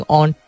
on